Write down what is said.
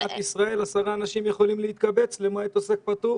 יכול להיות שבמדינת ישראל 10 אנשים יכולים להתקבץ למעט עוסק פטור,